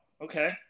okay